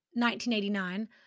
1989